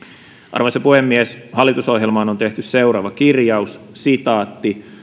arvoisa puhemies hallitusohjelmaan on tehty seuraava kirjaus